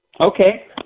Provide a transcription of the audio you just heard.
Okay